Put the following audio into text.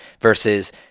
versus